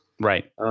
Right